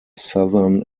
southern